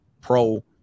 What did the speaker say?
pro